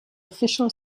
official